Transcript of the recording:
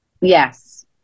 Yes